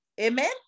Amen